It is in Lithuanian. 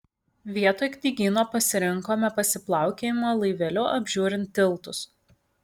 vietoj knygyno pasirinkome pasiplaukiojimą laiveliu apžiūrint tiltus